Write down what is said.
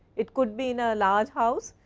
it could be in a large house,